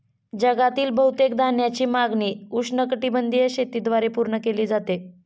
जगातील बहुतेक धान्याची मागणी उष्णकटिबंधीय शेतीद्वारे पूर्ण केली जाते